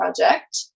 Project